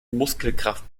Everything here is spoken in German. muskelkraft